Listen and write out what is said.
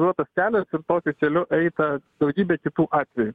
duotas kelias ir tokiu keliu eita daugybė kitų atvejų